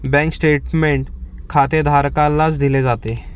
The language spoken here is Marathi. बँक स्टेटमेंट खातेधारकालाच दिले जाते